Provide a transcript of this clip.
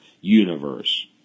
universe